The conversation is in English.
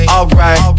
Alright